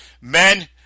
Men